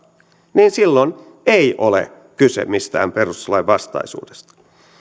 niin silloin ei ole kyse mistään perustuslainvastaisuudesta